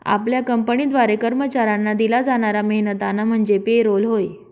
आपल्या कंपनीद्वारे कर्मचाऱ्यांना दिला जाणारा मेहनताना म्हणजे पे रोल होय